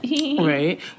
right